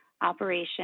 operation